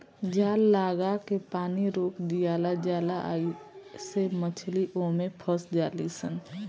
जाल लागा के पानी रोक दियाला जाला आइसे मछली ओमे फस जाली सन